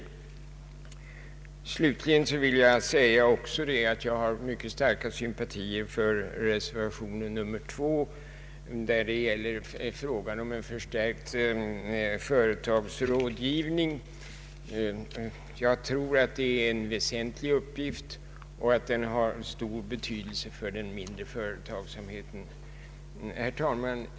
Slutligen vill jag nämna att jag har mycket starka sympatier för reservationen 2, som gäller frågan om en förstärkt företagsrådgivning. Jag tror att det är en väsentlig uppgift och att denna fråga är av stor betydelse för den mindre företagsamheten. Herr talman!